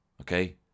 okay